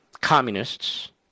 Communists